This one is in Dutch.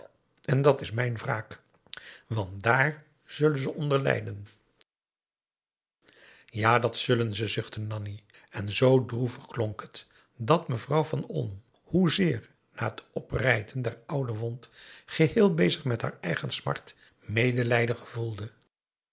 en dat is mijn wraak want daar zullen ze onder lijden ja dat zullen ze zuchtte nanni en zoo droevig klonk het dat mevrouw van olm hoezeer na het oprijten der oude wond geheel bezig met haar eigen smart medelijden gevoelde